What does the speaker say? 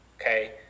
okay